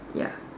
ya